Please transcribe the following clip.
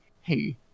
hey